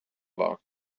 war